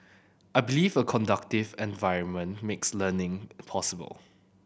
I believe a conducive environment makes learning possible